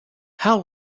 how